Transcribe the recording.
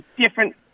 different